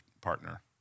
partner